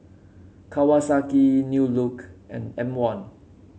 Kawasaki New Look and M one